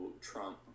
Trump